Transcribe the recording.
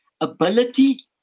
ability